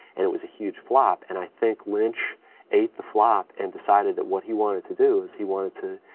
and it was a huge flop and i think lynch ate the flop and decided that what he wanted to do is he wanted to,